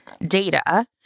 data